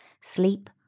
sleep